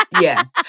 Yes